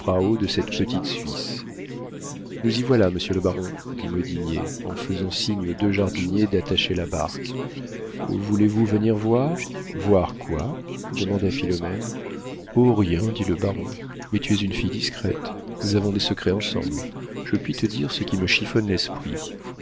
de cette petite suisse nous y voilà monsieur le baron dit modinier en faisant signe aux deux jardiniers d'attacher la barque voulez-vous venir voir voir quoi demanda philomène oh rien dit le baron mais tu es une fille discrète nous avons des secrets ensemble je puis te dire ce qui me chiffonne l'esprit